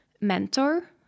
mentor